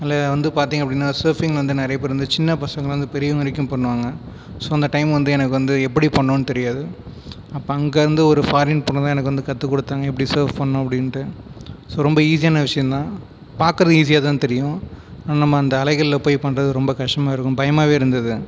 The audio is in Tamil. அதில் வந்து பார்த்தீங்க அப்படினால் சர்ஃபிங் வந்து நிறைய பேர் வந்து சின்னப் பசங்கள்லேருந்து பெரியவங்கள் வரைக்கும் பண்ணுவாங்க ஸோ அந்த டைம் வந்து எனக்கு வந்து எப்படி பண்ணணும்னு தெரியாது அப்போ அங்கேயிருந்து ஒரு ஃபாரின் பொண்ணுதான் எனக்கு வந்து கற்று கொடுத்தாங்க எப்படி சர்ஃப் பண்ணணும் அப்படின்ட்டு ஸோ ரொம்ப ஈஸியான விஷயம்தான் பார்க்குறதுக்கு ஈஸியாகதான் தெரியும் ஆனால் நம்ம அலைகளில் போய் பண்ணுறது ரொம்ப கஷ்டமாக இருக்கும் பயமாகவே இருந்தது